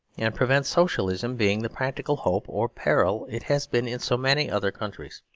and prevent socialism being the practical hope or peril it has been in so many other countries.